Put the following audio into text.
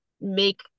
make